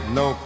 no